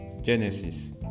Genesis